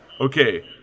Okay